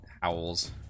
howls